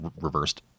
reversed